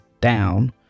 down